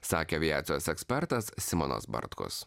sakė aviacijos ekspertas simonas bartkus